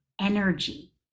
energy